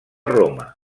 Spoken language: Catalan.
roma